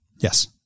Yes